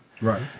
Right